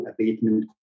abatement